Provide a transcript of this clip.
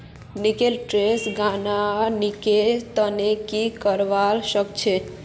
लेकिन टैक्सक गणनार निश्चित तुलना नी करवा सक छी